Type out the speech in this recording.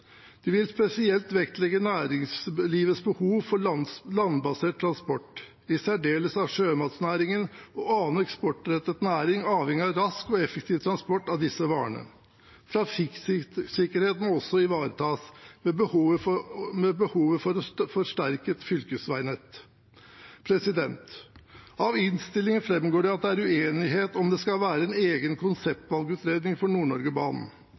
vil spesielt vektlegge næringslivets behov for landbasert transport. I særdeleshet er sjømatnæringen og annen eksportrettet næring avhengig av rask og effektiv transport av sine varer. Trafikksikkerhet må også ivaretas, med behov for et forsterket fylkesveinett. Av innstillingen framgår det at det er uenighet om det skal være en egen konseptvalgutredning for